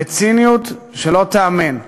בציניות שלא תיאמן.